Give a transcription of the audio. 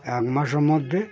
এক মাসের মধ্যে